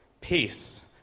peace